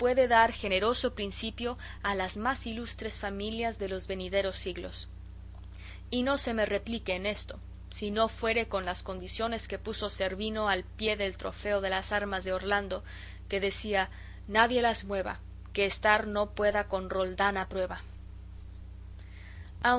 puede dar generoso principio a las más ilustres familias de los venideros siglos y no se me replique en esto si no fuere con las condiciones que puso cervino al pie del trofeo de las armas de orlando que decía nadie las mueva que estar no pueda con roldán a prueba